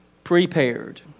prepared